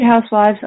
Housewives